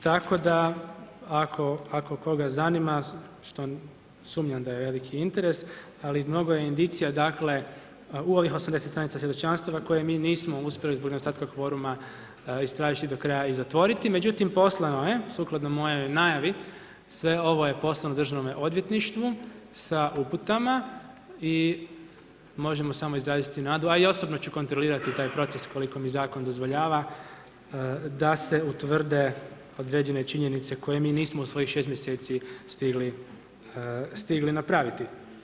Tako da ako koga zanima, što sumnjam da je veliki interes, ali mnogo je indicija, dakle u ovih 80 stranica svjedočanstava koje mi nismo uspjeli zbog nedostatka kvoruma istražiti do kraja i zatvoriti međutim poslano je sukladno mojoj najavi, sve ovo je poslano DORH-u sa uputama i možemo samo izraziti nadu a i osobno ću kontrolirati taj proces koliko mi zakon dozvoljava da se utvrde određene činjenice koje mi nismo u svojih 6 mjeseci stigli napraviti.